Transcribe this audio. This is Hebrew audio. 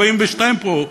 42 פה,